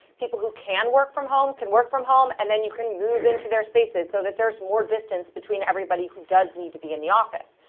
people who can work from home can work from home, and then you can move into their spaces so that there's more distance between everybody who does need to be in the office.